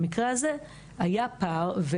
במקרה הזה היה פער.